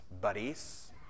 buddies